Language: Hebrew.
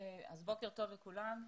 בוקר טוב לכולם.